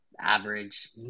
Average